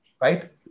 right